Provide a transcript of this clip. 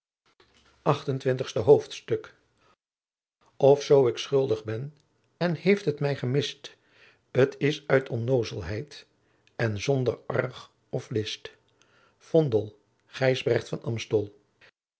achtentwintigste hoofdstuk of zoo ick schuldigh ben en heeft het mij gemist t is uit onnozelheit en zonder argh of list vondel gijsbrecht van